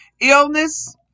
illness